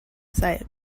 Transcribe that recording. site